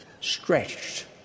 stretched